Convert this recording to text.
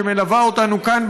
שמלווה אותנו כאן,